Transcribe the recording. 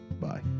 Bye